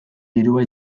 dirua